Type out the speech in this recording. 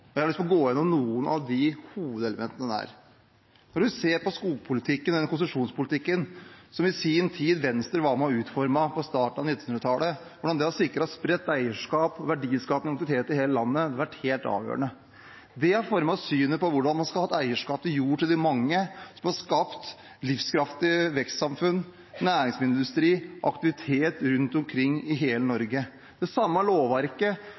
vårt. Jeg har lyst til å gå igjennom noen av de hovedelementene. Når vi ser på skogpolitikken, konsesjonspolitikken, som Venstre i sin tid var med å utforme på starten av 1900-tallet, og hvordan det har sikret spredt eierskap, verdiskaping og aktivitet i hele landet, har det vært helt avgjørende. Det har formet synet på hvordan man skal ha et eierskap til jord til de mange som har skapt livskraftige vekstsamfunn, næringsmiddelindustri, aktivitet rundt omkring i hele Norge. Det samme lovverket